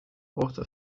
author